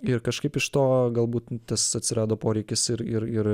ir kažkaip iš to galbūt tas atsirado poreikis ir ir ir